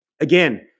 again